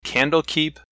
Candlekeep